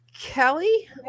Kelly